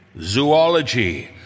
Zoology